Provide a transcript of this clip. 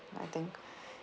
I think